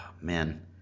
man